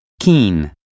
keen